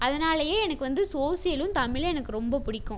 அதனாலேயே எனக்கு வந்து சோசியலும் தமிழும் எனக்கு ரொம்பப் பிடிக்கும்